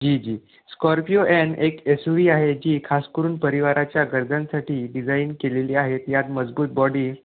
जी जी Scorpio N एक S U V आहे जी खासकरून परिवाराच्या गरजांसाठी डिझाईन केलेली आहे यात मजबूत बॉडी